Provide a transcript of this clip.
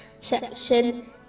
section